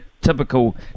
typical